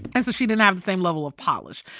and so she didn't have the same level of polish.